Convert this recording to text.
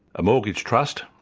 a mortgage trust,